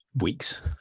weeks